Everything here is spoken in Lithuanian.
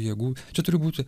jėgų čia turi būti